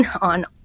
on